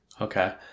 Okay